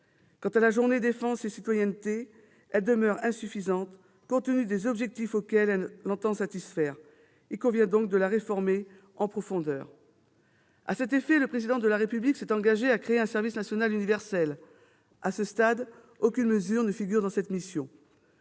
Quant à la Journée défense et citoyenneté, elle demeure insuffisante compte tenu des objectifs auxquels elle entend satisfaire. Il convient donc de la réformer en profondeur. À cet effet, le Président de la République s'est engagé à créer un service national universel. À ce stade, aucune mesure ne figure dans cette mission.